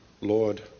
Lord